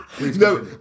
No